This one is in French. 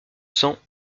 cents